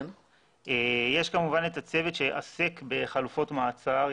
יש כמובן את הצוות שעוסק בחלופות מעצר.